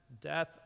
death